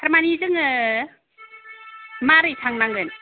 थारमानि जोङो माबोरै थांनांगोन